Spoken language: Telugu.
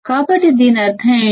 కాబట్టి దీని అర్థం ఏమిటి